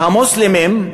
והמוסלמים,